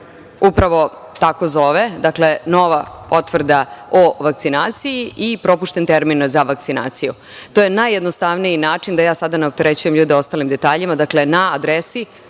upravo tako zove – nova potvrda o vakcinaciji i propušten termin za vakcinaciju. To je najjednostavniji način, da ja sada ne opterećujem ljude ostalim detaljima. Dakle, na adresi